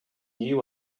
new